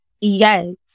Yes